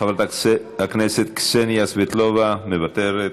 חברת הכנסת קסניה סבטלובה, מוותרת,